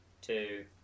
two